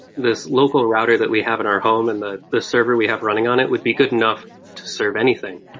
this local router that we have in our home and the the server we have running on it would be good enough to serve anything.